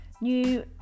new